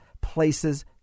places